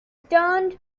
turned